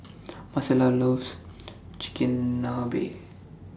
Marcella loves Chigenabe